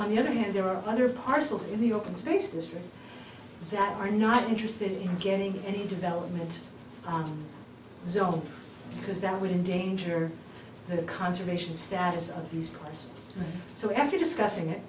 on the other hand there are other parcels in the open space industry that are not interested in getting any development on zone because that would endanger the conservation status of these players so after discussing it